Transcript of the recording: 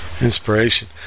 inspiration